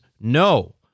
no